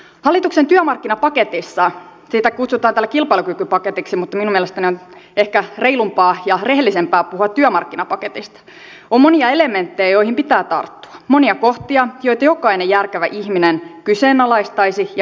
hallituksen työmarkkinapaketissa sitä kutsutaan täällä kilpailukykypaketiksi mutta minun mielestäni on ehkä reilumpaa ja rehellisempää puhua työmarkkinapaketista on monia elementtejä joihin pitää tarttua monia kohtia joita jokainen järkevä ihminen kyseenalaistaisi ja kritisoisi